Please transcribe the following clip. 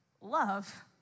love